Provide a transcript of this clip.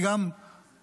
כי גם הם,